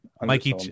mikey